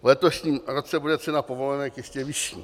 V letošním roce bude cena povolenek ještě vyšší.